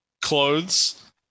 clothes